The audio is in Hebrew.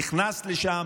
נכנסת לשם,